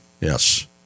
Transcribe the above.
Yes